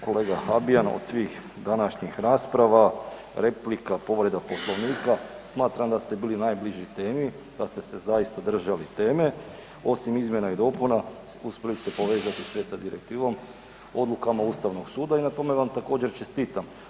Kolega Habijan od svih današnjih rasprava replika povreda Poslovnika smatram da ste bili najbliži temi, da ste se zaista držali teme, osim izmjena i dopuna uspjeli ste povezati sve sa direktivom, odlukama Ustavnog suda i na tome vam također čestitam.